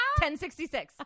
1066